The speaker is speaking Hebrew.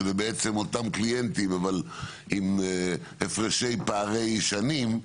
שאלו בעצם אותם קליינטים אבל עם הפרשי פערי שנים,